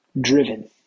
driven